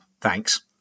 Thanks